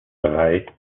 drei